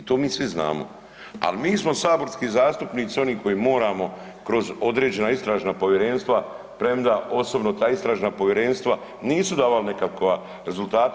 I to mi svi znamo, ali mi smo saborski zastupnici oni koji moramo kroz određena istražna povjerenstva, prema osobno ta istražna povjerenstva nisu davala nekakva rezultate.